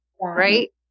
Right